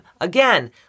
Again